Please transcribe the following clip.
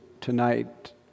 tonight